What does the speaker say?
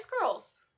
Girls